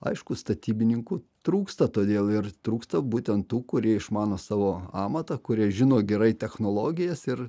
aišku statybininkų trūksta todėl ir trūksta būtent tų kurie išmano savo amatą kurie žino gerai technologijas ir